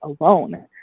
alone